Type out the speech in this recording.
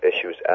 issues